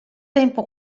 tempo